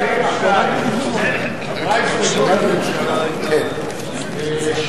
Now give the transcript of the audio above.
חבר הכנסת בר-און, התקבל, כולל ההסתייגות.